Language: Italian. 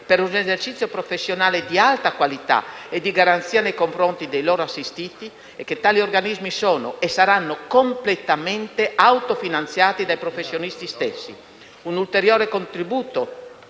per un esercizio professionale di alta qualità e di garanzia nei confronti dei loro assistiti, e che tali organismi sono e saranno completamente autofinanziati dai professionisti stessi. Un ulteriore contributo